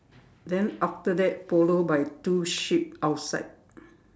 then after that follow by two sheep outside